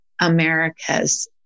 America's